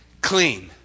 clean